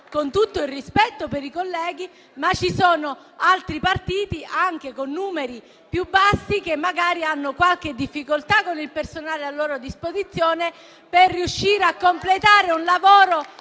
Con tutto il rispetto per i colleghi, ci sono altri partiti, anche con numeri più bassi, che magari hanno qualche difficoltà, con il personale a loro disposizione, a riuscire a completare un lavoro